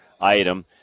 item